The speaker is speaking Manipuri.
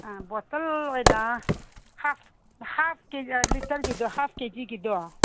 ꯑꯥ ꯕꯣꯇꯜ ꯑꯣꯏꯅꯥ ꯍꯥꯞ ꯂꯤꯇꯔꯒꯤꯁꯣ ꯍꯥꯐ ꯀꯦꯖꯤꯒꯤꯗꯣ